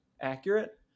accurate